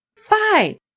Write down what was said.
fine